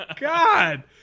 god